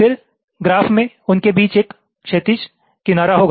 फिर ग्राफ में उनके बीच एक क्षैतिज किनारा होगा